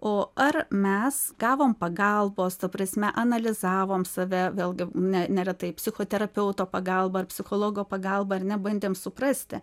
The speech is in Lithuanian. o ar mes gavom pagalbos ta prasme analizavom save vėlgi ne neretai psichoterapeuto pagalba ar psichologo pagalba ar ne bandėm suprasti